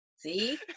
See